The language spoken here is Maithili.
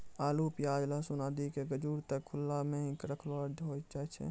आलू, प्याज, लहसून आदि के गजूर त खुला मॅ हीं रखलो रखलो होय जाय छै